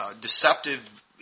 deceptive